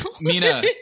Mina